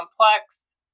complex